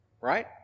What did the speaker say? right